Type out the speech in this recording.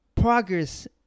progress